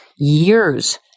years